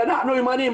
כי אנחנו ימניים.